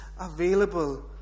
available